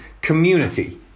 community